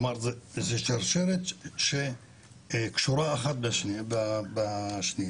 כלומר, זו שרשרת שקשורה אחת בשנייה.